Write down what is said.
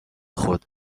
خود